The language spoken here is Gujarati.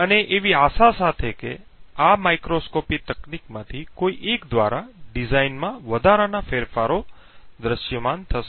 અને એવી આશા સાથે કે આ માઇક્રોસ્કોપી તકનીકમાંથી કોઈ એક દ્વારા ડિઝાઇનમાં વધારાના ફેરફારો દૃશ્યમાન છે